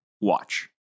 watch